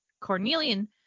cornelian